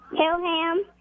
Hillham